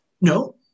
No